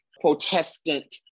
protestant